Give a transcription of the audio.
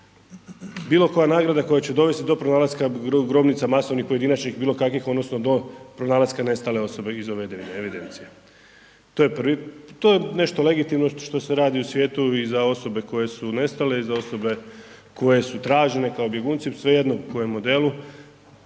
bilo koja nagrada koja će dovesti do pronalaska grobnica masovnih, pojedinačnih, bilo kakvih odnosno do pronalaska nestale osobe iz ove evidencije. To je prvi, to je nešto što se radi u svijetu i za osobe koje su nestale i za osobe koju su tražene kao bjegunci, svejedno u kojem modelu.